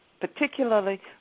Particularly